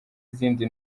izindi